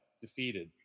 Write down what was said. defeated